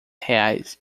reais